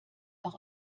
auch